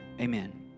amen